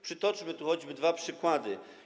Przytoczmy tu choćby dwa przykłady.